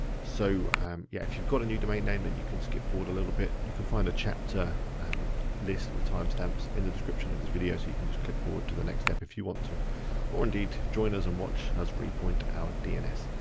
so yeah, if you've got a new domain name then you can skip forward a little bit. you can find a chapter list with timestamps in the description of this video so you can just click forward to the next step if you want to or indeed join us and watch as we repoint our dns.